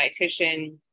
dietitian